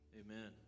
amen